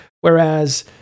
Whereas